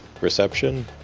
reception